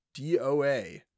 Doa